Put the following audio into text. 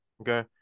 okay